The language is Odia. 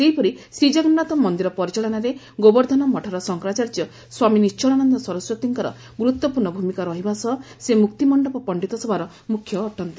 ସେହିପରି ଶ୍ରୀଜଗନ୍ୱାଥ ମନିର ପରିଚାଳନାରେ ଗୋବର୍ବ୍ଧନ ମଠର ଶଙ୍କରାଚାର୍ଯ୍ୟ ସ୍ୱାମୀ ନିଶ୍କଳାନନ୍ଦ ସରସ୍ୱତୀଙ୍କର ଗୁରୁତ୍ୱପୂର୍ଶ୍ଣ ଭୂମିକା ରହିବା ସହ ସେ ମୁକ୍ତିମଣ୍ଡପ ପଣ୍ତିତ ସଭାର ମୁଖ୍ୟ ଅଟନ୍ତି